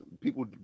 People